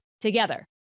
together